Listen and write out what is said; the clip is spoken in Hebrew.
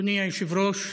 אדוני היושב-ראש,